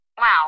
Wow